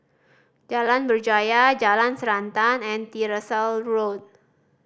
Jalan Berjaya Jalan Srantan and Tyersall Road